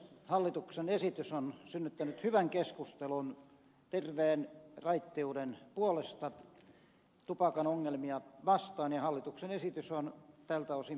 hallituksen esitys on synnyttänyt hyvän keskustelun terveen raittiuden puolesta tupakan ongelmia vastaan ja hallituksen esitys on tältä osin perusteltu